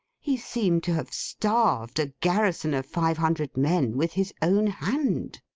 he seemed to have starved a garrison of five hundred men with his own hand.